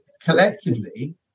collectively